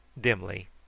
dimly